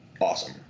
awesome